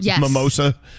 mimosa